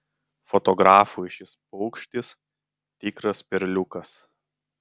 fotografui šis paukštis tikras perliukas